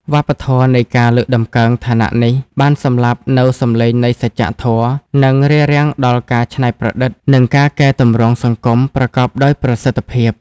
វប្បធម៌នៃការលើកតម្កើងឋានៈនេះ បានសម្លាប់នូវសំឡេងនៃសច្ចធម៌ និងរារាំងដល់ការច្នៃប្រឌិត និងការកែទម្រង់សង្គមប្រកបដោយប្រសិទ្ធភាព។